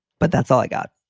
but that's all i got.